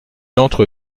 entre